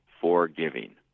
forgiving